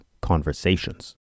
conversations